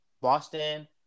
Boston